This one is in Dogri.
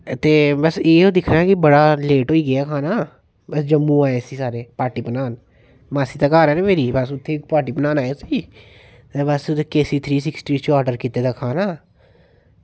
ते बस इयै दिक्खना कि बड़ा लेट होइया खाना ते जम्मू दा केसी आए दे पार्टी बनान ते मासी दा घर ऐ ना मेरी उत्थें आए दे अस पार्टी बनान ते बस केसी थ्री सिक्सटी चा ऑर्डर कीते दा खाना